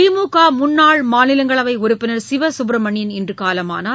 திமுக முன்னாள் மாநிலங்களவை உறுப்பினர் சிவ சுப்பிரமணியன் இன்று காலமானார்